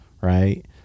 Right